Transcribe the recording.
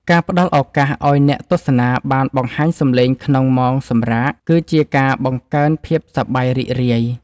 ការផ្ដល់ឱកាសឱ្យអ្នកទស្សនាបានបង្ហាញសម្លេងក្នុងម៉ោងសម្រាកគឺជាការបង្កើនភាពសប្បាយរីករាយ។